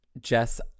Jess